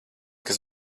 kas